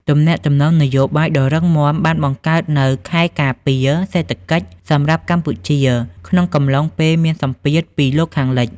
ទំនាក់ទំនងនយោបាយដ៏រឹងមាំបានបង្កើតនូវ "ខែលការពារ" សេដ្ឋកិច្ចសម្រាប់កម្ពុជាក្នុងកំឡុងពេលមានសម្ពាធពីលោកខាងលិច។